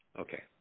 Okay